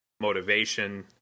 motivation